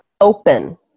Open